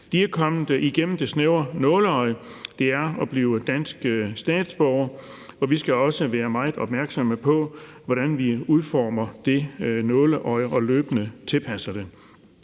De er kommet igennem det snævre nåleøje, de skal igennem for at blive dansk statsborger, og vi skal også være meget opmærksomme på, hvordan vi udformer det nåleøje og løbende tilpasser det.